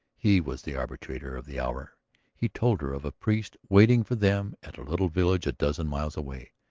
he was the arbiter of the hour he told her of a priest waiting for them at a little village a dozen miles away.